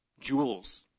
jewels